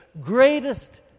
greatest